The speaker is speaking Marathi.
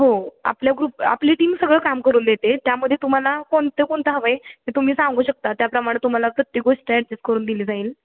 हो आपल्या ग्रुप आपली टीम सगळं काम करून देते त्यामध्ये तुम्हाला कोणतं कोणतं हवं आहे ते तुम्ही सांगू शकता त्याप्रमाणे तुम्हाला प्रत्येक गोष्ट ॲडजेस्ट करून दिली जाईल